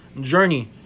journey